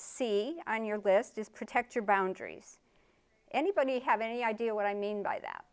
see on your list is protect your boundaries anybody have any idea what i mean by that